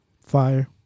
Fire